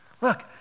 Look